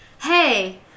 hey